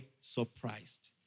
surprised